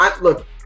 Look